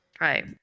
Right